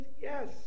Yes